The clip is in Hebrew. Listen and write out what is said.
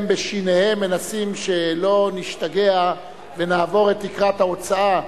הם בשיניהם מנסים שלא נשתגע ונעבור את תקרת ההוצאה,